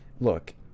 look